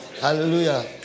hallelujah